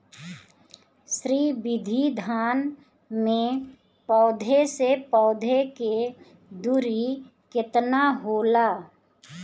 श्री विधि धान में पौधे से पौधे के दुरी केतना होला?